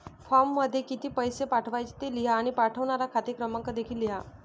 फॉर्ममध्ये किती पैसे पाठवायचे ते लिहा आणि पाठवणारा खाते क्रमांक देखील लिहा